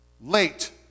late